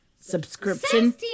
Subscription